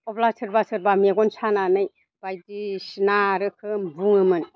अब्ला सोरबा सोरबा मेगन सानानै बायदिसिना रोखोम बुङोमोन